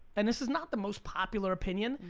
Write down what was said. and this is not the most popular opinion.